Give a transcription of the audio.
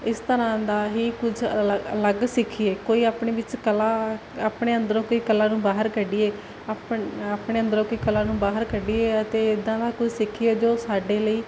ਇਸ ਤਰ੍ਹਾਂ ਦਾ ਹੀ ਕੁਛ ਅਲੱਗ ਅਲੱਗ ਸਿੱਖੀਏ ਕੋਈ ਆਪਣੇ ਵਿੱਚ ਕਲਾ ਆਪਣੇ ਅੰਦਰੋਂ ਕੋਈ ਕਲਾ ਨੂੰ ਬਾਹਰ ਕੱਢੀਏ ਅਪ ਆਪਣੇ ਅੰਦਰੋਂ ਕੋਈ ਕਲਾ ਨੂੰ ਬਾਹਰ ਕੱਢੀਏ ਅਤੇ ਏਦਾਂ ਦਾ ਕੁਛ ਸਿੱਖੀਏ ਜੋ ਸਾਡੇ ਲਈ